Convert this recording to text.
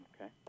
Okay